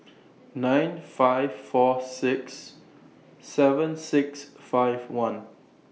nine five four six seven six five one